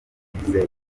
bagize